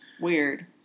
weird